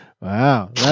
Wow